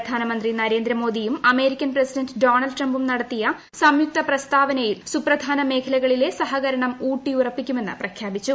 പ്രധാനമന്ത്രി നരേന്ദ്രമോദിയും American president Donald ട്രംപും നടത്തിയ സംയുക്ത പ്രസ്താവനയിൽ സുപ്രധാന മേഖലകളിലെ സഹകരണം ഊട്ടിയുറപ്പിക്കുമെന്ന് പ്രഖ്യാപിച്ചു